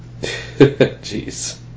Jeez